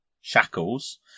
shackles